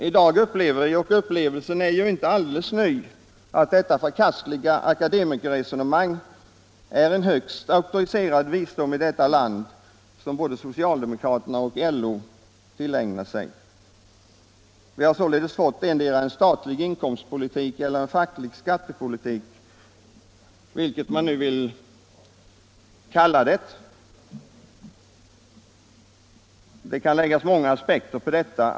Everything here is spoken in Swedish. I dag upplever vi — och upplevelsen är inte alldeles ny —-att detta förkastliga akademikerresonemang är en högst auktoriserad visdom i detta land och en visdom som både socialdemokraterna och LO tillägnat sig. Vi har således fått endera en statlig inkomstpolitik eller en facklig skattepolitik, vilket man nu vill kalla det. Det kan läggas många aspekter på detta.